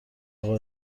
اقا